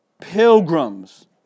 pilgrims